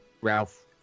Ralph